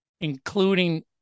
including